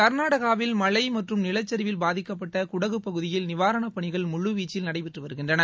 க்நாடாகவில் மழை மற்றும் நிலச்சரிவில் பாதிக்கப்பட்ட குடகு பகுதியில் நிவாரண பணிகள் முழு வீச்சில் நடைபெற்று வருகின்றன